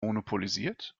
monopolisiert